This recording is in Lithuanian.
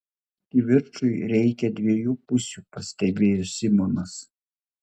kivirčui reikia dviejų pusių pastebėjo simonas